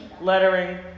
lettering